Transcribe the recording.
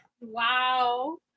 wow